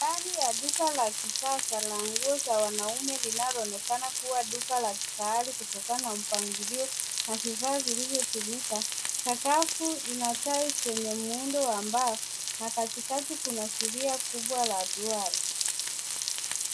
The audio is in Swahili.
Hali ya duka la kisasa la nguo za wanaume linaloonekana kuwa duka la kifahari kutokana na mpangilio na vifaa vilivyotumika. Sakafu ina tiles zenye muundo wa mbao na katikati kuna zulia kubwa la duara.